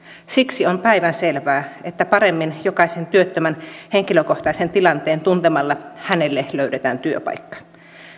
siksi on päivänselvää että paremmin jokaisen työttömän henkilökohtaisen tilanteen tuntemalla hänelle löydetään työpaikka